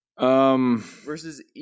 Versus